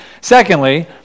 Secondly